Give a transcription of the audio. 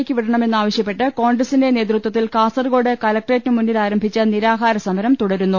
യ്ക്ക് വിടണ മെന്നാവശൃപ്പെട്ട് കോൺഗ്രസിന്റെ നേതൃത്വത്തിൽ കാസർകോട് കലക്ട റേറ്റിനുമുന്നിൽ ആരംഭിച്ച ് നിരാഹാര സമരം തുടരുന്നു